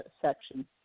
section